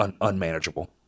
unmanageable